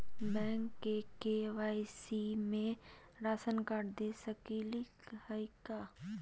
Bank में KYC में ration card दे सकली हई का?